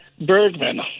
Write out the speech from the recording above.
Bergman